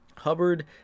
Hubbard